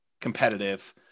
competitive